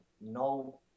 No